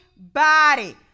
Body